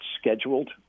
scheduled